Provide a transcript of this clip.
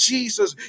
Jesus